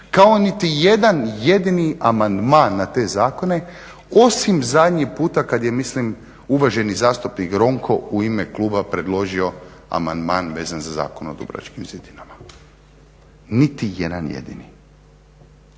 kao niti jedan jedini amandman na te zakone osim zadnji puta kada je mislim uvaženi zastupnik Ronko u ime kluba predložio amandman vezan za Zakon o dubrovačkim zidinama, niti jedan jedini.